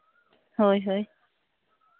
ᱦᱳᱭ ᱦᱳᱭ